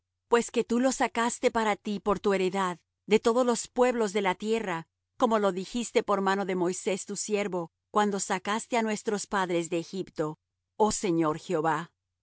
pues que tú los apartaste para ti por tu heredad de todos los pueblos de la tierra como lo dijiste por mano de moisés tu siervo cuando sacaste á nuestros padres de egipto oh señor jehová y